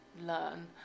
learn